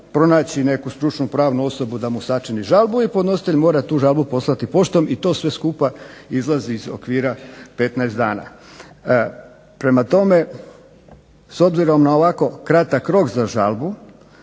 pronaći neku stručnu pravnu osobu da mu sačini žalbu i podnositelj mora tu žalbu poslati poštom i to sve skupa izlazi iz okvira 15 dana. Prema tome, s obzirom na ovako kratak rok za žalbu